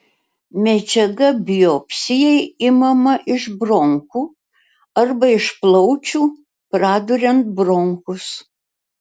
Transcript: medžiaga biopsijai imama iš bronchų arba iš plaučių praduriant bronchus